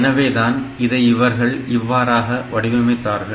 எனவேதான் இதை இவர்கள் இவ்வாறாக வடிவமைத்தார்கள்